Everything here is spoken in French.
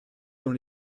dans